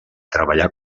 treballar